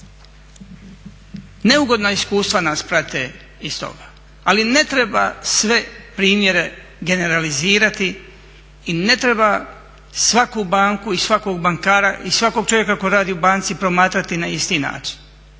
neugodna iskustva nas prate iz toga ali ne treba sve primjere generalizirati i ne treba svaku banku i svakog bankara i svakog čovjeka koji radi u banci promatrati na isti način.